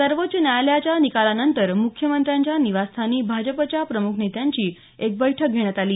सर्वोच्च न्यायालयाच्या निकालानंतर मुख्यमंत्र्यांच्या निवासस्थानी भाजपच्या प्रमुख नेत्यांची एक बैठक घेण्यात आली